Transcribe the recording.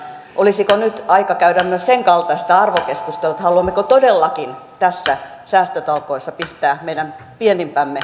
olisiko nyt aika käydä myös senkaltaista arvokeskustelua haluammeko todellakin näissä säästötalkoissa pistää meidän pienimpämme maksamaan